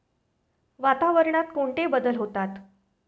वातावरणात कोणते बदल होतात?